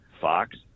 Fox